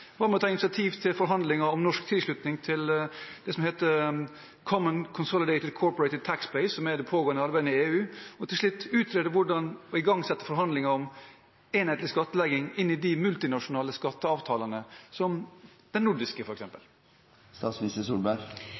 ta initiativ til forhandlinger om Norges tilslutning til det som heter Common Consolidated Corporate Tax Base, som er et pågående arbeid i EU? Og til slutt: å utrede og igangsette forhandlinger om enhetlig skattlegging inn i de multinasjonale skatteavtalene, som f.eks. den nordiske.